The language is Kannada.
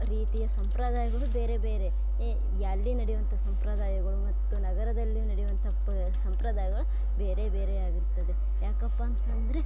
ರೀತಿಯ ಸಂಪ್ರದಾಯಗಳು ಬೇರೆ ಬೇರೆ ಎ ಯಲ್ಲಿ ನಡೆಯುವಂಥ ಸಂಪ್ರದಾಯಗಳು ಮತ್ತು ನಗರದಲ್ಲಿ ನಡೆಯುವಂಥ ಪ ಸಂಪ್ರದಾಯಗಳು ಬೇರೆ ಬೇರೆ ಆಗಿರ್ತದೆ ಯಾಕಪ್ಪ ಅಂತಂದರೆ